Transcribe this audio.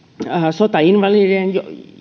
sotainvalidien